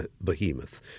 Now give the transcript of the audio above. behemoth